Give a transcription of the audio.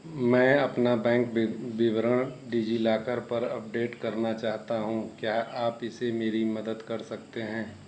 मैं अपना बैंक बिब विवरण डिजिलॉकर पर अपडेट करना चाहता हूँ क्या आप इसे मेरी मदद कर सकते हैं